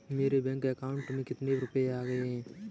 मेरे bank account में कितने रुपए हैं बताएँ?